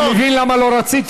אתה מבין למה לא רציתי?